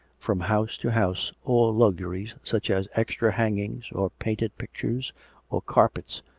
from house to house, all luxuries such as extra hangings or painted pictures or carpets,